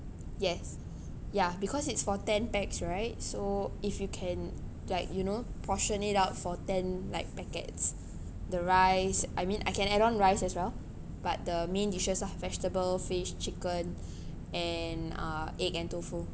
yes yeah because it's for ten pax right so if you can like you know portion it out for ten like packets the rice I mean I can add on rice as well but the main dishes lah vegetable fish chicken and uh egg and tofu